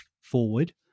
forward